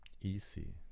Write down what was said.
easy